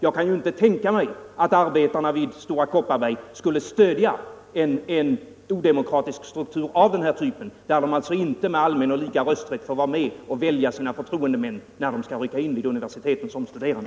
Jag kan inte tänka mig att arbetarna vid Stora Kopparberg skulle stödja en odemokratisk struktur av den här typen, där de inte med allmän och lika rösträtt får vara med och välja sina förtroendemän när de rycker in vid universiteten som studerande.